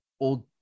old